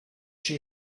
she